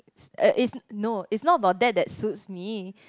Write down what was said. uh is no is not about that that suits me